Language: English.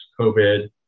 COVID